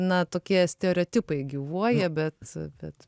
na tokie stereotipai gyvuoja bet bet